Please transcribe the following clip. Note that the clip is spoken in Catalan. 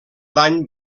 dany